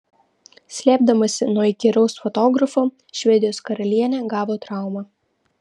slėpdamasi nuo įkyraus fotografo švedijos karalienė gavo traumą